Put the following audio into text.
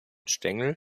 stängel